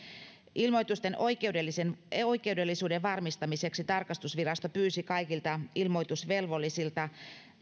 ilmoitusten oikeellisuuden varmistamiseksi tarkastusvirasto pyysi kaikilta ilmoitusvelvollisilta